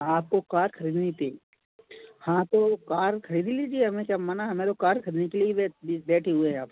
आपको कार खरीदिनी थी हाँ तो कार ख़रीद लीजिए हमें क्या मना हमें तो कार ही ख़दनी के लिए ही ये बैठ बीस बैठे हुए हैं यहाँ पर